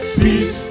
peace